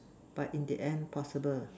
but in the end possible